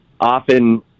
often